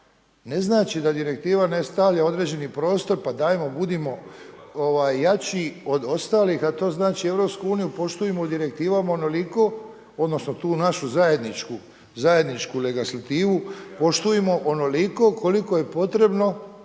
Ne znači da direktiva stavlja određeni prostor, pa dajmo budimo jači od ostalih, a to znači Europsku uniju poštujmo direktivom onoliko odnosno tu našu zajedničku legislativu poštujmo onoliko koliko je potrebno